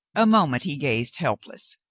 a moment he gazed helpless.